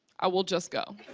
i will just go.